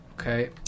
Okay